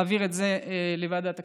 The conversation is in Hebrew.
להעביר את זה לוועדת הכספים.